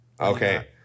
okay